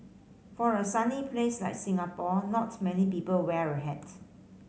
for a sunny place like Singapore not many people wear a hat